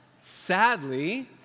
Sadly